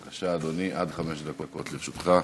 בבקשה, אדוני, עד חמש דקות לרשותך.